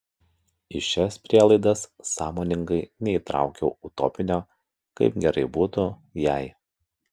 į šias prielaidas sąmoningai neįtraukiau utopinio kaip gerai būtų jei